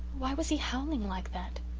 why was he howling like that?